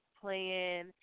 playing